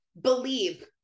believe